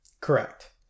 Correct